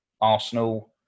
Arsenal